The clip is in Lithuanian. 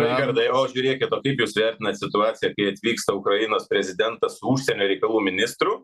raigardai o žiūrėkit o kaip jūs vertinat situaciją kai atvyksta ukrainos prezidentas su užsienio reikalų ministru